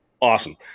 Awesome